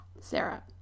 Sarah